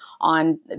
on